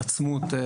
בהתעצמות.